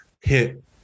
hit